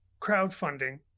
crowdfunding